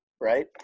Right